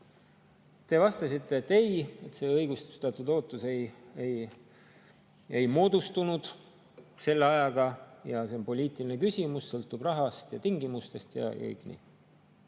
Te vastasite, et ei, see õigustatud ootus ei moodustunud selle ajaga ja see on poliitiline küsimus, sõltub rahast ja tingimustest.